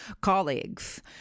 colleagues